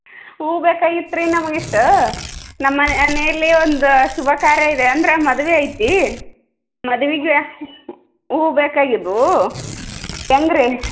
ಹೂವು ಬೇಕಾಗಿತ್ತು ರೀ ನಮಗಿಷ್ಟು ನಮ್ಮ ಮನೆಯಲ್ಲಿ ಒಂದು ಶುಭಕಾರ್ಯ ಇದೆ ಅಂದರೆ ಮದುವೆ ಐತಿ ಮದುವೆಗೆ ಹೂವು ಬೇಕಾಗಿದ್ದವು ಹೆಂಗ್ರಿ